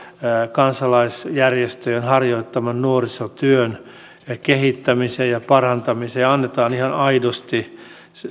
kansalaisjärjestöjen harjoittaman nuorisotyön kehittämiseen ja parantamiseen ja annetaan ihan aidosti